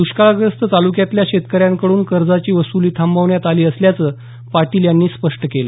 द्र्ष्काळग्रस्त तालुक्यातल्या शेतकऱ्यांकडून कर्जची वसूली थांबवण्यात आली असल्याचं पाटील यांनी स्पष्ट केलं